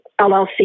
LLC